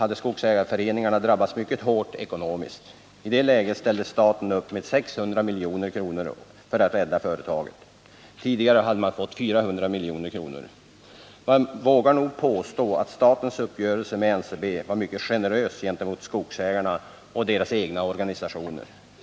hade skogsägarföreningarna drabbats mycket hårt ekonomiskt. I det läget ställde staten upp med 600 milj.kr. för att rädda företaget. Tidigare hade man fått 400 milj.kr. Man vågar nog påstå att statens uppgörelse med NCB var mycket generös gentemot skogsägarna och deras egna organisationer.